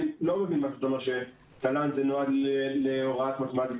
אני לא מבין מה שאתה אומר שתל"ן נועד להוראת מתמטיקה.